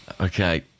Okay